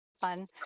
fun